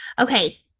okay